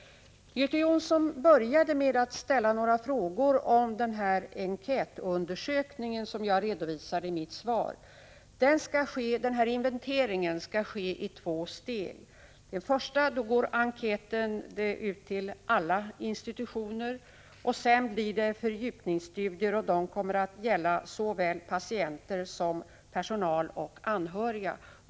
Göte Jonsson började med att ställa några frågor om den enkätundersökning som jag redovisade i mitt svar. Inventeringen skall ske i två steg. I det första går enkäten ut till alla institutioner, och sedan blir det fördjupningsstudier som kommer att gälla såväl patienter som personal och anhöriga.